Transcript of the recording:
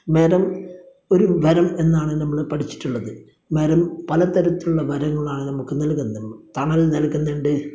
മരം ഒരു വരം എന്നാണ് നമ്മള് പഠിച്ചിട്ടുള്ളത് മരം പല തരത്തിലുള്ള വരങ്ങളാണ് നമുക്ക് നല്കുന്നത് തണല് നല്കുന്നുണ്ട്